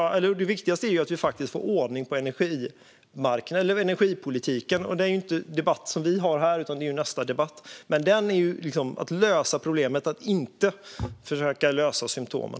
Det viktigaste är att vi får ordning på energipolitiken, och det handlar inte denna utan nästa debatt om. Problemet är om man inte försöker lösa symtomen.